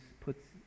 puts